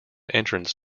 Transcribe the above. entrance